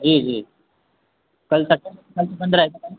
जी जी कल सैटरडे कल तो बंद रहेगा ना